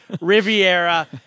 Riviera